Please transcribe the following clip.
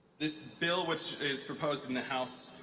this bill which is proposed in the house,